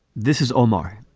this is omar,